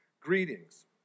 Greetings